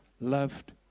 loved